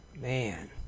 Man